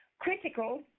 Critical